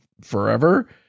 forever